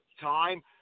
time